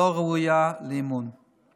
לא ראויה לאמון הציבור.